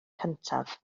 cyntaf